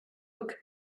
look